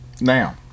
Now